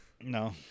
no